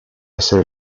essere